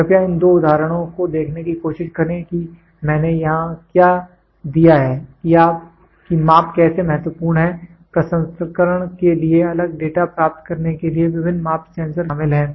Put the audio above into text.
कृपया इन दो उदाहरणों को देखने की कोशिश करें कि मैंने यहां क्या दिया है कि माप कैसे महत्वपूर्ण हैं प्रसंस्करण के लिए एक अलग डेटा प्राप्त करने के लिए विभिन्न माप सेंसर कैसे शामिल हैं